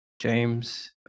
James